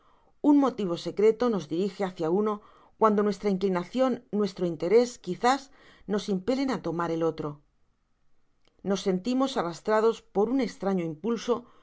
un motivo áecreto dos dirige hácia uno cuando nuestra inclinacion nuestro interés quizás nos impelen á tomar el otro nos sentimos arrastrados por un estrafio impulso